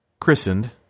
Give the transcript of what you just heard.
christened